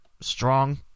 strong